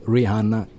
Rihanna